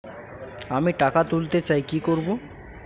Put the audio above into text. আমি টাকা তুলতে চাই কি করব?